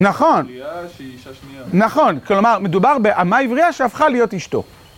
נכון, נכון, כלומר מדובר באמה עברייה שהפכה להיות אשתו